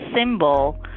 symbol